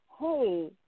hey